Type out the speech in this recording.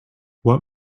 what